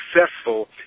successful